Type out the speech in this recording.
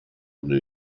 new